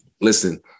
listen